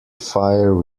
fire